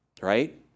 right